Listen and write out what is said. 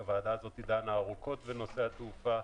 הוועדה הזאת דנה ארוכות בנושא התעופה.